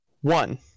One